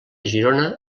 girona